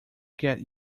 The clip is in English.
get